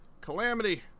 Calamity